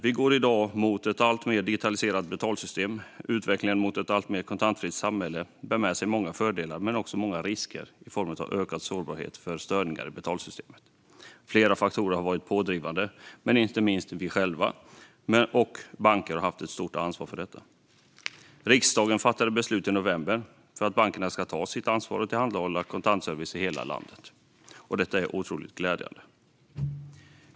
Vi går i dag mot ett alltmer digitaliserat betalsystem. Utvecklingen mot ett alltmer kontantfritt samhälle bär med sig många fördelar men också många risker i form av ökad sårbarhet för störningar i betalsystemet. Flera faktorer har varit pådrivande, men inte minst vi själva och bankerna har haft ett stort ansvar för detta. Riksdagen fattade i november beslut om att bankerna ska ta sitt ansvar och tillhandahålla kontantservice i hela landet. Detta är otroligt glädjande.